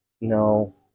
no